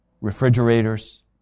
refrigerators